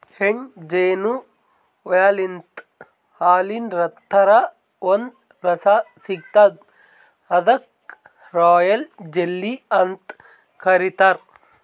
ಹೆಣ್ಣ್ ಜೇನು ಹುಳಾಲಿಂತ್ ಹಾಲಿನ್ ಥರಾ ಒಂದ್ ರಸ ಸಿಗ್ತದ್ ಅದಕ್ಕ್ ರಾಯಲ್ ಜೆಲ್ಲಿ ಅಂತ್ ಕರಿತಾರ್